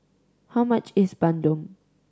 how much is bandung